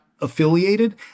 affiliated